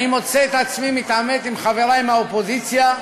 אני מוצא את עצמי מתעמת עם חברי מהאופוזיציה,